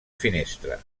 finestra